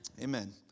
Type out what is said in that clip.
Amen